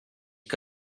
que